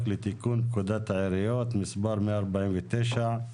פקודת העיריות (מס' 149)